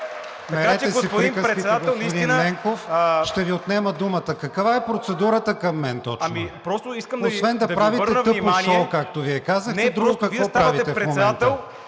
приказките, господин Ненков, ще Ви отнема думата! Каква е процедурата към мен точно, освен да правите тъпо шоу, както Вие казахте, друго какво правите в момента?